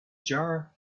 jar